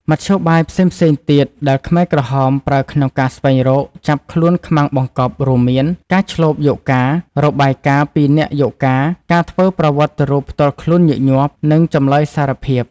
មធ្យោបាយផ្សេងៗ ទៀតដែលខ្មែរក្រហមប្រើក្នុងការស្វែងរកចាប់ខ្លួនខ្មាំងបង្កប់រួមមាន ការឈ្លបយកការណ៍ របាយការណ៍ពីអ្នកយកការណ៍ ការធ្វើប្រវត្តិរូបផ្ទាល់ខ្លួនញឹកញាប់ និងចម្លើយសារភាព ។